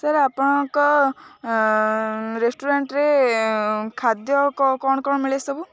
sir ଆପଣଙ୍କ ରେଷ୍ଟୁରାଣ୍ଟରେ ଖାଦ୍ୟ କ'ଣ କ'ଣ ମିଳେ ସବୁ